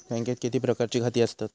बँकेत किती प्रकारची खाती आसतात?